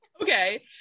Okay